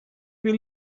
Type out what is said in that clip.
will